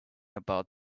about